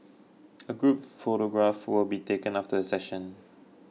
a group photograph will be taken after the session